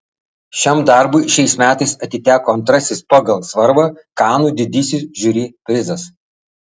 šiam darbui šiais metais atiteko antrasis pagal svarbą kanų didysis žiuri prizas